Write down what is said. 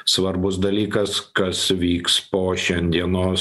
svarbus dalykas kas vyks po šiandienos